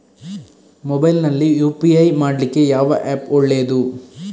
Mobile ನಲ್ಲಿ UPI ಮಾಡ್ಲಿಕ್ಕೆ ಯಾವ ಆ್ಯಪ್ ಒಳ್ಳೇದು?